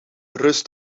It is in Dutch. rust